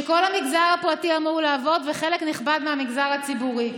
כשכל המגזר הפרטי אמור לעבוד וחלק נכבד מהמגזר הציבורי.